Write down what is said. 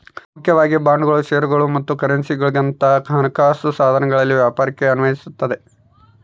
ಮುಖ್ಯವಾಗಿ ಬಾಂಡ್ಗಳು ಷೇರುಗಳು ಮತ್ತು ಕರೆನ್ಸಿಗುಳಂತ ಹಣಕಾಸು ಸಾಧನಗಳಲ್ಲಿನ ವ್ಯಾಪಾರಕ್ಕೆ ಅನ್ವಯಿಸತದ